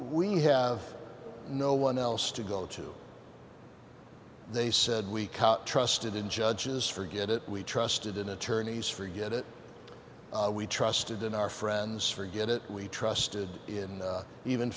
we have no one else to go to they said we caught trusted in judges forget it we trusted in attorneys forget it we trusted in our friends forget it we trusted in even